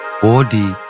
Body